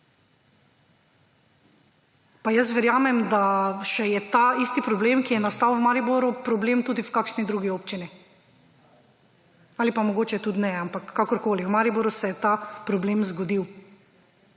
Pa jaz verjamem, da če je ta isti problem, ki je nastal v Mariboru, problem tudi v kakšni drugi občini ali pa mogoče tudi ne, ampak kakorkoli v Mariboru se je ta problem zgodil